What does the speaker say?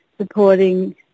supporting